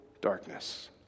darkness